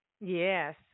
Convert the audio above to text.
Yes